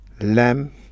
lamb